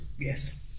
Yes